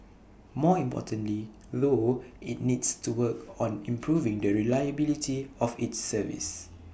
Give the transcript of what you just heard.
more importantly though IT needs to work on improving the reliability of its service